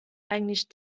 eigentlich